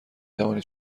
توانید